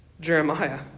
Jeremiah